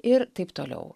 ir taip toliau